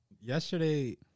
yesterday